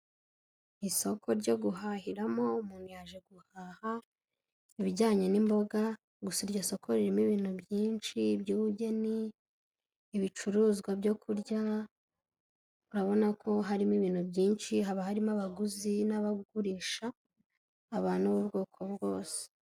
Isoko ryo guhahiramo, umuntu yaje guhaha, ibijyanye n'imboga, gusa iryo soko ririmo ibintu byinshi ib'yubugeni, ibicuruzwa byo kurya, urabona ko harimo ibintu byinshi, haba harimo abaguzi n'abagurisha, abantu b'ubwoko bwose.